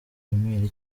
email